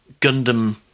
Gundam